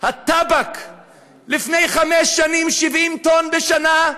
הטבק לפני חמש שנים, 70 טון בשנה,